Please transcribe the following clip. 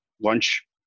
lunch